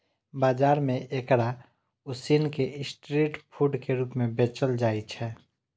बाजार मे एकरा उसिन कें स्ट्रीट फूड के रूप मे बेचल जाइ छै